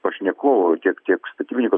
pašnekovų tiek tiek statybininkų